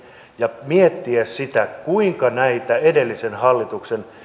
ja miettiä kuinka näitä edellisen hallituksen